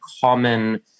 common